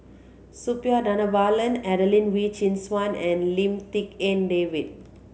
Suppiah Dhanabalan Adelene Wee Chin Suan and Lim Tik En David